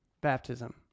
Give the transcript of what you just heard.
Baptism